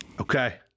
Okay